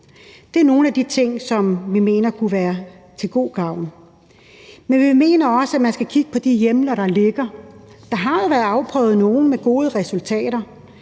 Det er nogle af de ting, som vi mener kunne være til gavn. Men vi mener også, at man skal kigge på de hjemler, der ligger. Der har jo med gode resultater